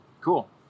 Cool